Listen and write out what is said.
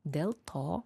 dėl to